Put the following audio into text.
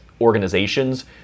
organizations